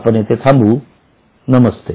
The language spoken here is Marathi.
तर आपण येथे थांबू नमस्ते